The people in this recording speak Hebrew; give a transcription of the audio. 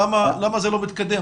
למה זה לא מתקדם?